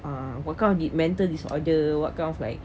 uh what kind of mental disorder what kind of like